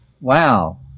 Wow